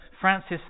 Francis